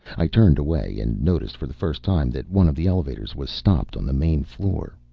i turned away and noticed for the first time that one of the elevators was stopped on the main floor.